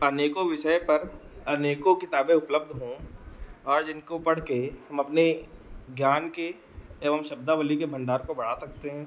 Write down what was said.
अनेकों विषय पर अनेकों किताबें उपलब्ध हों और जिनको पढ़कर हम अपने ज्ञान के एवं शब्दावली के भण्डार को बढ़ा सकते हैं